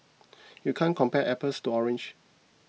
you can't compare apples to oranges